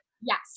Yes